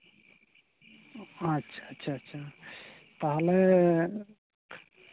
ᱟᱪᱪᱷᱟ ᱟᱪᱪᱷᱟ ᱛᱟᱦᱞᱮ